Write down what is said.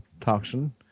toxin